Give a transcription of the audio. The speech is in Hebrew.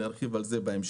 אני ארחיב על זה בהמשך.